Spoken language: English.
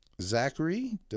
Zachary